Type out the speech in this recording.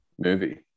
movie